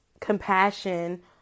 compassion